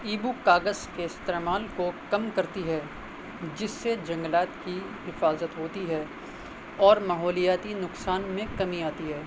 ای book کاغذ کے استعمال کو کم کرتی ہے جس سے جنگلات کی حفاظت ہوتی ہے اور ماحولیاتی نقصان میں کمی آتی ہے